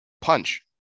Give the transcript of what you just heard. punch